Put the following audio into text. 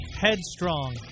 Headstrong